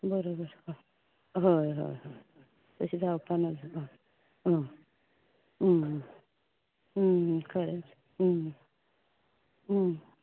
बरें बरें हय हय हय हय तशें जावपाना तें कळ्ळें